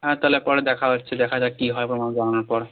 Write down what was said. হ্যাঁ তাহলে পরে দেখা হচ্ছে দেখা যাক কী হয় উপর জানানোর পর